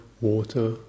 water